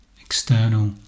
external